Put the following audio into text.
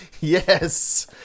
Yes